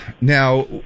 now